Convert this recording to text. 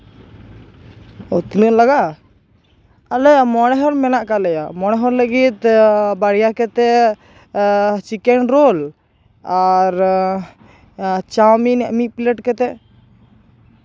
ᱚᱻ ᱛᱤᱱᱟᱹᱜ ᱞᱟᱜᱟᱜᱼᱟ ᱟᱞᱮ ᱢᱚᱬᱮ ᱦᱚᱲ ᱢᱮᱱᱟᱜ ᱠᱟᱜ ᱞᱮᱭᱟ ᱢᱚᱬᱮ ᱦᱚᱲ ᱞᱟᱹᱜᱤᱫ ᱵᱟᱨᱭᱟ ᱠᱟᱛᱮ ᱪᱤᱠᱮᱱ ᱨᱳᱞ ᱟᱨ ᱪᱟᱣᱢᱤᱱ ᱢᱤᱫ ᱯᱞᱮᱴ ᱠᱟᱛᱮᱜ